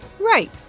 Right